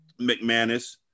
McManus